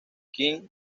king